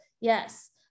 yes